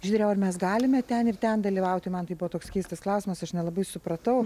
žydre o ar mes galime ten ir ten dalyvauti man tai buvo toks keistas klausimas aš nelabai supratau